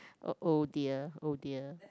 oh oh dear oh dear